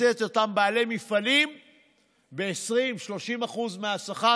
תפצה את אותם בעלי מפעלים ב-20% 30% מהשכר,